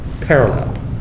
Parallel